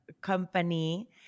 company